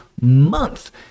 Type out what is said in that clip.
month